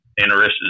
interested